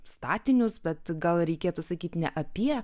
statinius bet gal reikėtų sakyti ne apie